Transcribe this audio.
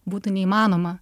būtų neįmanoma